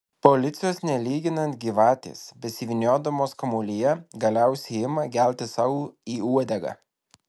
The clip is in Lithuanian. policijos nelyginant gyvatės besivyniodamos kamuolyje galiausiai ima gelti sau į uodegą